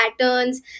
patterns